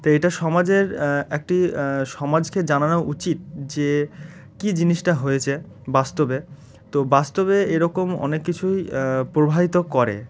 তা এটা সমাজের একটি সমাজকে জানানো উচিত যে কী জিনিসটা হয়েছে বাস্তবে তো বাস্তবে এরকম অনেক কিছুই প্রভাবিত করে